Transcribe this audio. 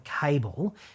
cable